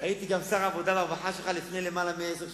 הייתי גם שר העבודה והרווחה שלך למעלה מעשר שנים,